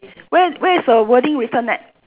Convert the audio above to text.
where where's the wording written at